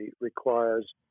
requires